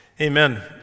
amen